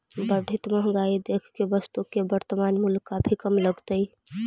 बढ़ित महंगाई देख के वस्तु के वर्तनमान मूल्य काफी कम लगतइ